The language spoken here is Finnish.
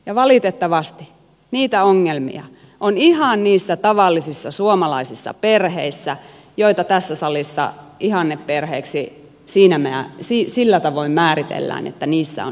ja valitettavasti niitä ongelmia on ihan niissä tavallisissa suomalaisissa perheissä jotka tässä salissa ihanneperheiksi sillä tavoin määritellään että niissä on isä ja äiti